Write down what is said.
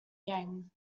yang